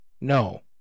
No